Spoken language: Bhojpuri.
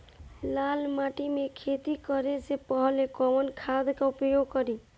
लाल माटी में खेती करे से पहिले कवन खाद के उपयोग करीं?